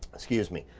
excuse me,